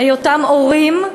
היותם הורים,